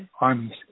armies